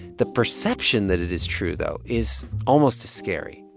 the perception that it is true, though, is almost as scary.